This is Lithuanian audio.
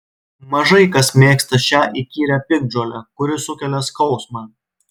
mažai kas mėgsta šią įkyrią piktžolę kuri sukelia skausmą